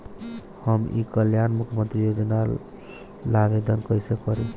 हम ई कल्याण मुख्य्मंत्री योजना ला आवेदन कईसे करी?